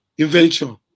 Invention